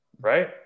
right